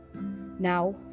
Now